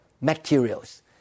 materials